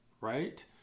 right